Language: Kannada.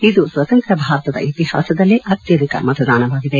ಇದು ಸ್ವಾತಂತ್ರ್ವ ಭಾರತದ ಇತಿಹಾಸಲ್ಲೇ ಅತ್ಯಧಿಕ ಮತದಾನವಾಗಿದೆ